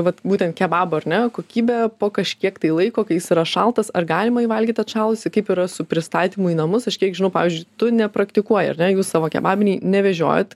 vat būtent kebabo ar ne kokybę po kažkiek laiko kai jis yra šaltas ar galima jį valgyt atšalusį kaip yra su pristatymu į namus aš kiek žinau pavyzdžiui tu nepraktikuoji ar ne jūs savo kebabinėj nevežiojat